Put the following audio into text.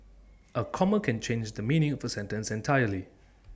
A comma can change the meaning of A sentence entirely